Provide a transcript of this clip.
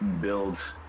build